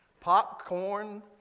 popcorn